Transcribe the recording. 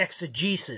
exegesis